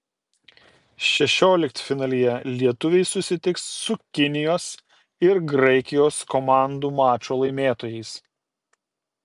šešioliktfinalyje lietuviai susitiks su kinijos ir graikijos komandų mačo laimėtojais